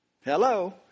Hello